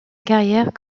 carrière